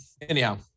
anyhow